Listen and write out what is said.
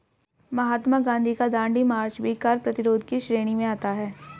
महात्मा गांधी का दांडी मार्च भी कर प्रतिरोध की श्रेणी में आता है